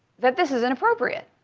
that this is inappropriate.